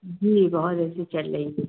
जी बहुत अच्छी चल रही है